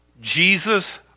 Jesus